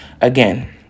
Again